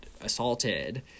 assaulted